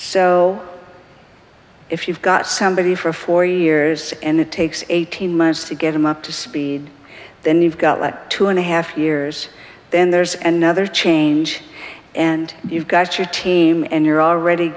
so if you've got somebody for four years and it takes eighteen months to get them up to speed then you've got two and a half years then there's an other change and you've got your team and you're already